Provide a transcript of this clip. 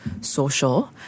social